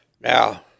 Now